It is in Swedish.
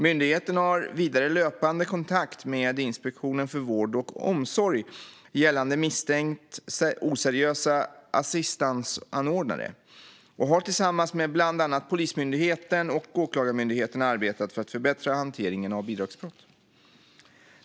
Myndigheten har vidare löpande kontakt med Inspektionen för vård och omsorg gällande misstänkt oseriösa assistansanordnare och har tillsammans med bland annat Polismyndigheten och Åklagarmyndigheten arbetat för att förbättra hanteringen av bidragsbrott.